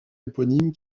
éponyme